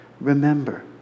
Remember